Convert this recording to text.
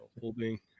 holding